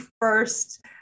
first